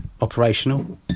operational